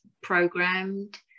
programmed